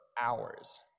hours